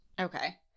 Okay